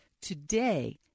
Today